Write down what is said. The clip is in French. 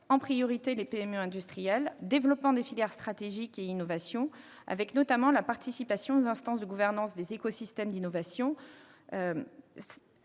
desquelles les PME industrielles ; développement des filières stratégiques et de l'innovation, avec, notamment, la participation aux instances de gouvernance des écosystèmes d'innovation.